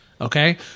okay